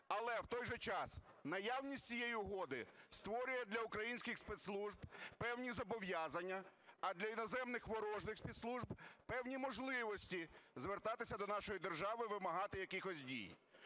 Але в той же час, наявність цієї угоди створює для українських спецслужб певні зобов'язання, а для іноземних ворожих спецслужб певні можливості звертатися до нашої держави і вимагати якихось дій.